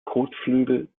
kotflügel